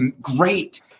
great